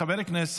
תעבור לדיון בוועדת